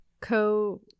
co